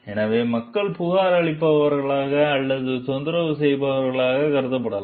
எனவே மக்கள் புகார் அளிப்பவர்களாக அல்லது தொந்தரவு செய்பவர்களாகக் கருதப்படலாம்